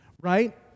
right